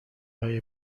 های